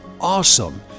awesome